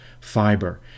fiber